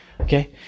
okay